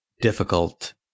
difficult